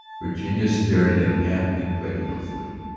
virginia stared at him, half incredulously.